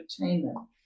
entertainment